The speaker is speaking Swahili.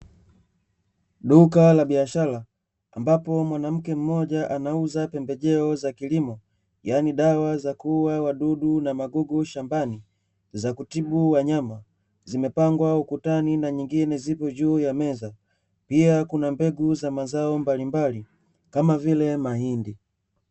Duka la biashara, ambapo mwanamke mmoja anauzaa pembejeo za kilimo, yaani dawa za kuuwa waduu na magugu shambani; za kutibu wanyama, zimepangwa ukutani na nyingine zipo juu ya meza. Pia kuna mbegu za mazao mbalimbali kama vile mahindi.